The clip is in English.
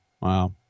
Wow